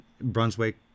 Brunswick